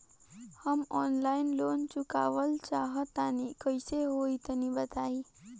हम online loan चुकावल चाहऽ तनि कइसे होई तनि बताई?